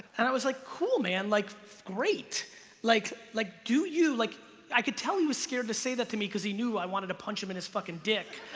and i was like cool man like great like like do you like i could tell he was scared to say that to me because he knew i wanted to punch him in his fucking dick